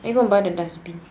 are you gonna buy the dustbin